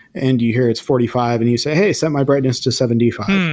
and you hear it's forty five and you say, hey, set my brightness to seventy five.